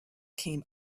came